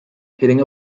hitting